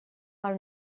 are